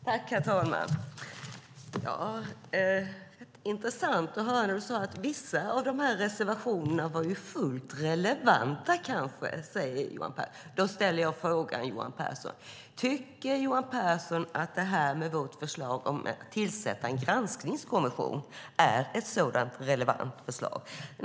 Herr talman! Det var intressant att höra Johan Pehrson säga att vissa av reservationerna kanske är fullt relevanta. Då ställer jag frågan: Tycker Johan Pehrson att vårt förslag om att tillsätta en granskningskommission är ett sådant relevant förslag?